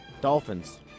Dolphins